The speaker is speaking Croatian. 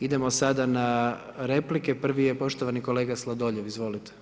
Idemo sada na replike, prvi je poštovani kolega Sladoljev, izvolite.